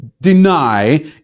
deny